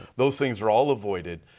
those things are all avoided.